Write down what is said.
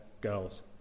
girls